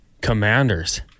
commanders